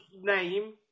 name